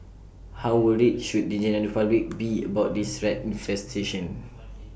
how worried should the general public be about this rat infestation